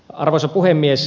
arvoisa puhemies